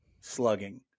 slugging